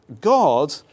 God